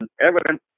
evidence